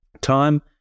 time